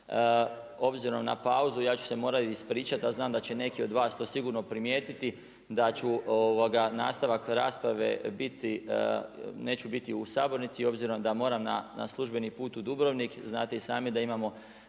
obzirom na pauzu ja ću se morati ispričati a znam da će neki od vas to sigurno primijetiti da ću nastavak rasprave biti, neću biti u sabornici obzirom da moram na službeni put u Dubrovnik. Znate i sami da imamo